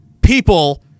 people